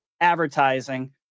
advertising